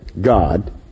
God